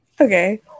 Okay